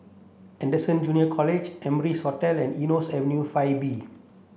Anderson Junior College Amrise Hotel and Eunos Avenue five B